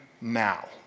now